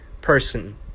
person